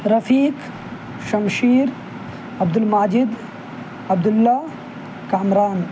Rafiq Shamshir Abdul Majid Abdullah Kamran